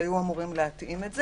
היו אמורים להתאים את זה,